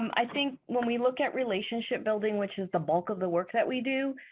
um i think when we look at relationship building which is the bulk of the work that we do,